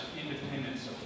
independence